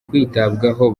kwitabwaho